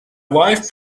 wife